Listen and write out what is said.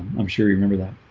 i'm sure you remember that